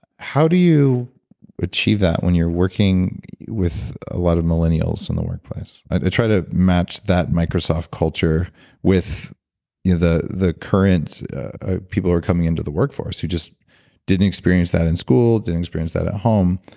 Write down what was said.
how do you achieve that when you're working with a lot of millennials in the workplace? i try to match that microsoft culture with the the current people who are coming into the workforce who just didn't experience that in school, didn't experience that at home.